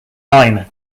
main